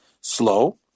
slow